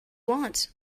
want